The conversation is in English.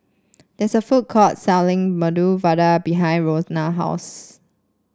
there is a food court selling Medu Vada behind Ronna's house